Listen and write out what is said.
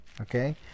okay